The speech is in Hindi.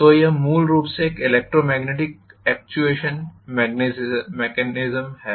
तो यह मूलरूप से एक एलेकट्रोमेग्नेटिक अक्टूएशन मैकेनिज्म है